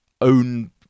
own